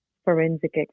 Forensic